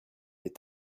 est